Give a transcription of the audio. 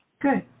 Good